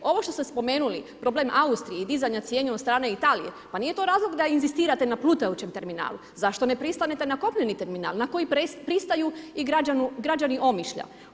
Ovo što ste spomenuli problem Austrije i dizanja cijene od strane Italije, pa nije to razlog da inzistirate na plutajućem terminalu, zašto ne pristanete na kopneni terminal na koji pristaju i građani Omišlja?